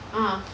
ah